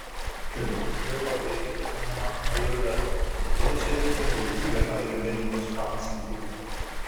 šri lankoje labai vertinama ajurveda todėl čia veikia daugybė ajurvedinių spa centrų